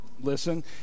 listen